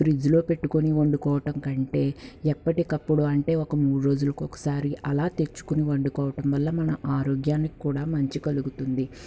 ఫ్రిజ్లో పెట్టుకొని వండుకోవటం కంటే ఎప్పటికప్పుడు అంటే ఒక మూడు రోజులకు ఒకసారి అలా తెచ్చుకొని వండుకోవడం వల్ల మన ఆరోగ్యానికి కూడా మంచి కలుగుతుంది